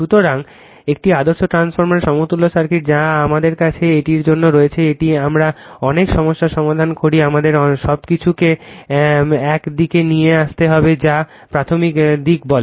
সুতরাং একটি ট্রান্সফরমারের সমতুল্য সার্কিট যা আমাদের কাছে এটির জন্য রয়েছে এটি আমরা অনেক সমস্যার সমাধান করি আমাদের সবকিছুকে এক দিকে নিয়ে আসতে হবে যা প্রাথমিক দিক বলে